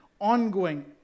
ongoing